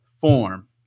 form